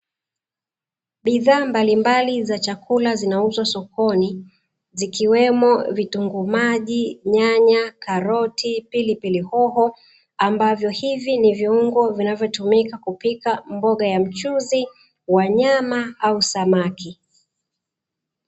Bidhaa mbalimbali za chakula zinauzwa sokoni zikiwemo; vitunguu maji, nyanya, karoti, pilipili hoho. Ambavyo, hivi ni viungo vinavyotumika kupika mboga ya mchuzi wa nyama au samaki.